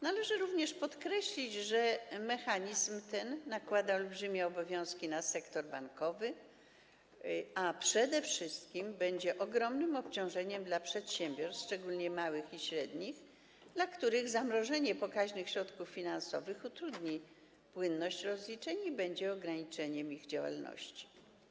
Należy również podkreślić, że mechanizm ten nakłada olbrzymie obowiązki na sektor bankowy, a przede wszystkim będzie ogromnym obciążeniem dla przedsiębiorstw, szczególnie małych i średnich, którym zamrożenie pokaźnych środków finansowych utrudni płynność rozliczeń i będzie ograniczeniem ich działalności.